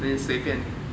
then 随便